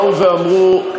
באו ואמרו: